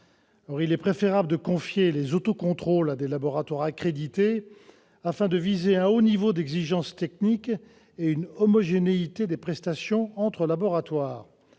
Il est préférable de confier les autocontrôles à des laboratoires accrédités, afin de viser un haut niveau d'exigence technique et une homogénéité des prestations entre laboratoires.